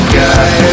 guy